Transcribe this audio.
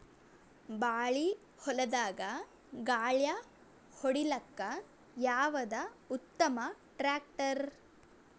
ಬಾಳಿ ಹೊಲದಾಗ ಗಳ್ಯಾ ಹೊಡಿಲಾಕ್ಕ ಯಾವದ ಉತ್ತಮ ಟ್ಯಾಕ್ಟರ್?